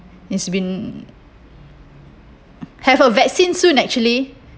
it's been have a vaccine soon actually